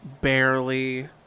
barely